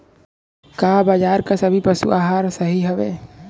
का बाजार क सभी पशु आहार सही हवें?